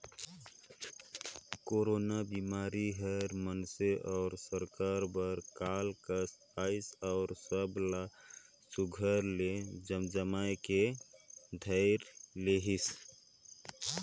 corona बिमारी हर मइनसे अउ सरकार बर काल कस अइस अउ सब ला सुग्घर ले जमजमाए के धइर लेहिस